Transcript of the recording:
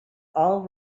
all